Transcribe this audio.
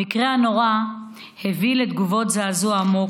המקרה הנורא הביא לתגובות זעזוע עמוק,